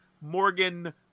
Morgan